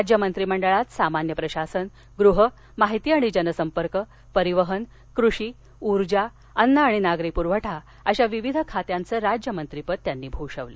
राज्य मंत्रिमंडळात सामान्य प्रशासन गृह माहिती आणि जनसंपर्क परिवहन कृषी ऊर्जा अन्न आणि नागरी प्रवठा अशा विविध खात्यांचं राज्यमंत्रीपद त्यांनी भूषवलं